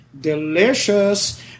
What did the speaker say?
Delicious